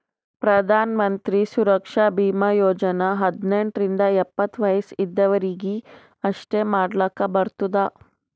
ಪ್ರಧಾನ್ ಮಂತ್ರಿ ಸುರಕ್ಷಾ ಭೀಮಾ ಯೋಜನಾ ಹದ್ನೆಂಟ್ ರಿಂದ ಎಪ್ಪತ್ತ ವಯಸ್ ಇದ್ದವರೀಗಿ ಅಷ್ಟೇ ಮಾಡ್ಲಾಕ್ ಬರ್ತುದ